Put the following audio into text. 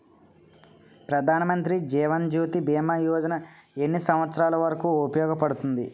ప్రధాన్ మంత్రి జీవన్ జ్యోతి భీమా యోజన ఎన్ని సంవత్సారాలు వరకు ఉపయోగపడుతుంది?